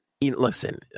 listen